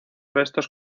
restos